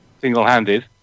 single-handed